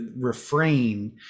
refrain